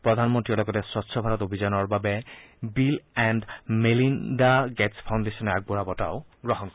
প্ৰধানমন্ত্ৰীয়ে লগতে স্বচ্ছ ভাৰত অভিযানৰ বাবে বিল এণ্ড মেলিণ্ডা গেটছ ফাউণ্ডেশ্যনে আগবঢ়োৱা বঁটাও গ্ৰহণ কৰিব